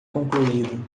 concluído